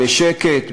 בשקט,